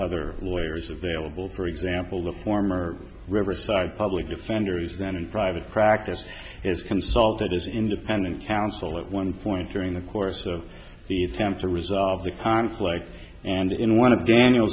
other lawyers available for example the former riverside public defenders and in private practice is consulted as independent counsel at one point during the course of the attempt to resolve the conflict and in one of daniel